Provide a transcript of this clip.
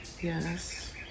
Yes